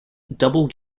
double